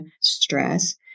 stress